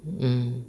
mm